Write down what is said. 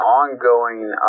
ongoing